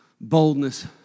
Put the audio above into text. boldness